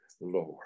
Lord